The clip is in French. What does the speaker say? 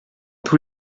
tous